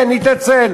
כן, להתנצל.